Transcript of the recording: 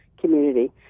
community